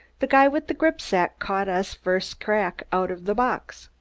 the guy with the gripsack caught us first crack out of the box.